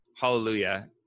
Hallelujah